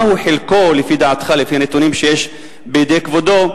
מה, לפי דעתך, לפי הנתונים שיש בידי כבודו,